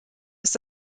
ist